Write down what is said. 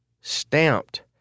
stamped